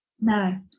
No